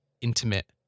intimate